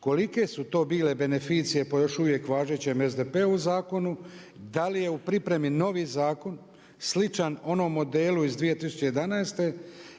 kolike su to bile beneficije po još uvijek važećem SDP-ovom zakonu, da li je u pripremi novi zakon sličan onom modelu iz 2011.